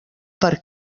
per